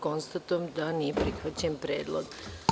Konstatujem da nije prihvaćen predlog.